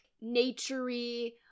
nature-y